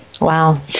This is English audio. Wow